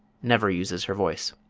never uses her voice.